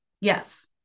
Yes